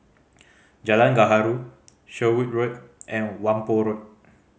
Jalan Gaharu Sherwood Road and Whampoa Road